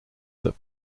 that